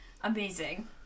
Amazing